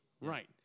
Right